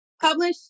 publish